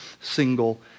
single